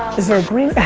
is there a green, hey!